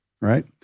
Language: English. right